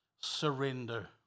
Surrender